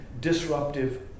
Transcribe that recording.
disruptive